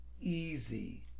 easy